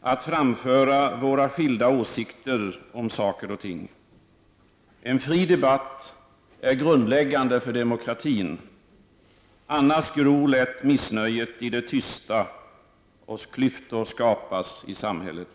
att framföra våra skilda åsikter om saker och ting. En fri debatt är grundläggande för demokratin. Annars gror lätt missnöjet i det tysta och klyftor skapas i samhället.